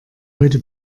heute